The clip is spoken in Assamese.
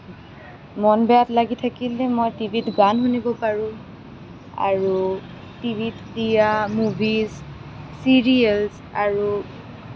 মন বেয়া লাগি থাকিলে মই টিভিত গান শুনিব পাৰোঁ আৰু টিভিত দিয়া মুভিছ ছিৰিয়েলছ আৰু